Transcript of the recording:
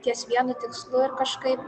ties vienu tikslu ir kažkaip